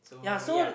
ya so